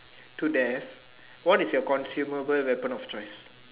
to death what is your consumable weapon of choice